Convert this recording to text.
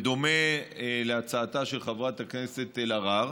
בדומה להצעתה של חברת הכנסת אלהרר,